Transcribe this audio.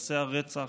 מעשי הרצח,